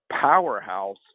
powerhouse